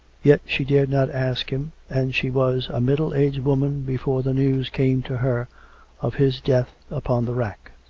yet she dared not ask him, and she was a middle-aged woman before the news came to her of his death upon the rack.